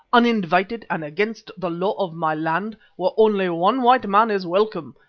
uninvited and against the law of my land, where only one white man is welcome,